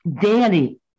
daily